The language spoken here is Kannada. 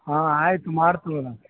ಹಾಂ ಆಯಿತು ಮಾಡ್ತಿವಿ ನಾವು